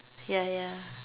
ya ya